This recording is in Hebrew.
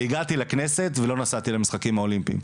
והגעתי לכנסת, ולא נסעתי למשחקים האולימפיים.